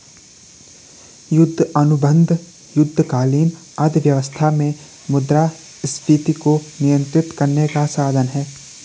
युद्ध अनुबंध युद्धकालीन अर्थव्यवस्था में मुद्रास्फीति को नियंत्रित करने का साधन हैं